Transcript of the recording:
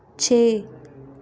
ਛੇ